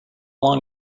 long